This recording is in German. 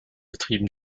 betrieben